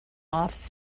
off